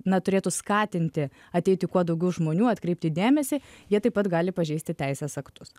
na turėtų skatinti ateiti kuo daugiau žmonių atkreipti dėmesį jie taip pat gali pažeisti teisės aktus